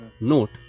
note